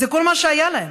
זה כל מה שהיה להם,